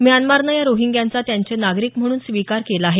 म्यानमारनं या रोहिंग्याचा त्यांचे नागरिक म्हणून स्वीकार केला आहे